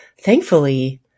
thankfully